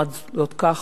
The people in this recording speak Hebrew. אני אומר זאת כך,